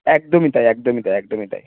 একদমই তাই একদমই তাই একদমই তাই